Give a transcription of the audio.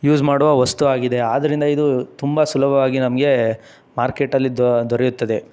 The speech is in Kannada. ಯೂಸ್ ಮಾಡುವ ವಸ್ತು ಆಗಿದೆ ಆದ್ದರಿಂದ ಇದು ತುಂಬ ಸುಲಭವಾಗಿ ನಮಗೆ ಮಾರ್ಕೆಟಲ್ಲಿ ದೊರೆಯುತ್ತದೆ